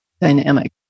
dynamic